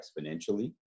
exponentially